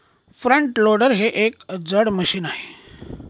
front loader हे एक जड मशीन आहे